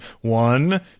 one